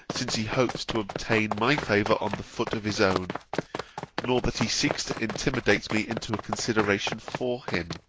since he hopes to obtain my favour on the foot of his own nor that he seeks to intimidate me into a consideration for him.